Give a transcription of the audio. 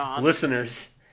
listeners